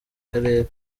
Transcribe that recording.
karere